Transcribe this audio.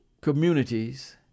communities